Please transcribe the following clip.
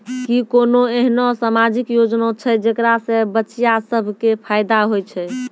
कि कोनो एहनो समाजिक योजना छै जेकरा से बचिया सभ के फायदा होय छै?